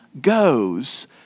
goes